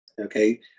okay